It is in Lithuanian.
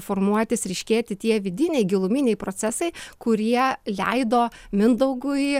formuotis ryškėti tie vidiniai giluminiai procesai kurie leido mindaugui